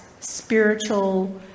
spiritual